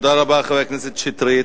תודה רבה, חבר הכנסת שטרית.